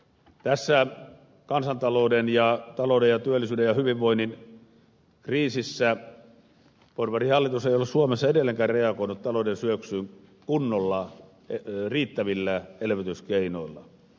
tässä kansantalouden talouden työllisyyden ja hyvinvoinnin kriisissä porvarihallitus ei ole suomessa edelleenkään reagoinut talouden syöksyyn kunnolla riittävillä elvytyskeinoilla